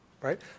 right